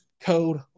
code